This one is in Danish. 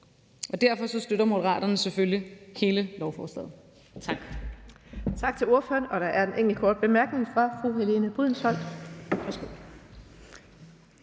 og derfor støtter Moderaterne selvfølgelig hele lovforslaget. Kl.